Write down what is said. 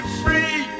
free